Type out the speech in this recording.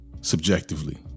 subjectively